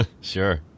Sure